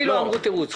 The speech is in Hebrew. לי לא אמרו תירוץ.